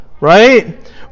right